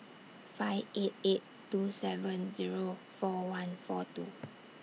five eight eight two seven Zero four one four two